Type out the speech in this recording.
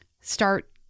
start